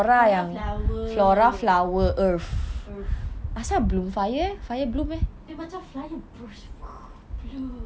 flora flower earth dia macam fire bloom